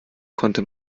konnte